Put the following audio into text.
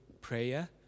prayer